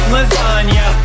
Lasagna